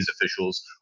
officials